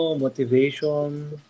motivation